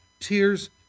tears